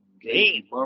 Game